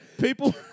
people